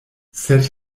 sed